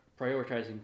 prioritizing